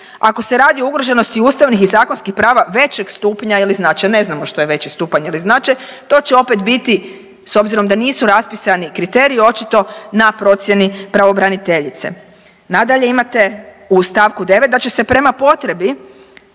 ako se radi o ugroženosti ustavnih i zakonskih prava većeg stupanja ili značaja. Ne znamo što je veći stupanj ili značaj to će opet biti s obzirom da nisu raspisani kriteriji očito na procijeni pravobraniteljice. Nadalje, imate u stavku 9. da će se prema potrebi